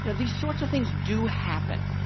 you know these sorts of things do happen.